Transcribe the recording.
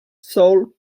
soul